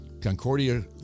Concordia